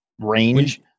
range